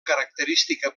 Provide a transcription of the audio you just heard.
característica